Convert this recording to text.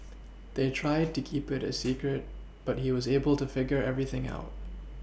they tried to keep it a secret but he was able to figure everything out